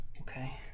Okay